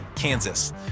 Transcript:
Kansas